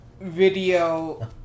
video